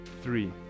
three